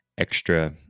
extra